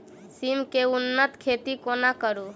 सिम केँ उन्नत खेती कोना करू?